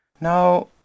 now